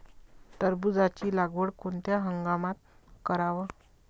टरबूजाची लागवड कोनत्या हंगामात कराव?